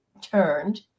turned